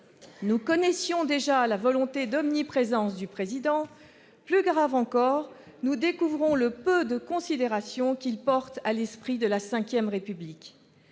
Nous connaissions déjà la volonté d'omniprésence du Président. Plus grave encore, nous découvrons le peu de considération qu'il porte à l'esprit de la V République.